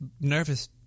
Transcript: nervous